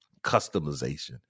customization